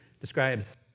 describes